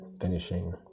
finishing